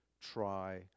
try